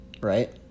right